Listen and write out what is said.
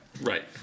Right